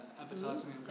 advertising